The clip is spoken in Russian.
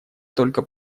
только